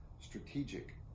strategic